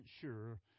sure